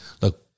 Look